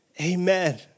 Amen